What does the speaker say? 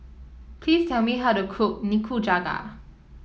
please tell me how to cook Nikujaga